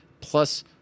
plus